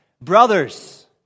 Brothers